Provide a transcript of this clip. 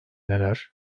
neler